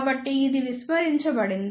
కాబట్టి ఇది విస్మరించబడింది